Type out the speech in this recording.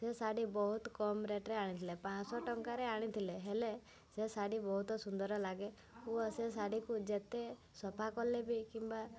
ସେ ଶାଢ଼ୀ ବହୁତ କମ୍ ରେଟ୍ରେ ଆଣିଥିଲେ ପାଞ୍ଚ ଶହ ଟଙ୍କାରେ ଆଣିଥିଲେ ହେଲେ ସେ ଶାଢ଼ୀ ବହୁତ ସୁନ୍ଦର ଲାଗେ ଓ ସେ ଶାଢ଼ୀକୁ ଯେତେ ସଫାକଲେ ବି କିମ୍ବା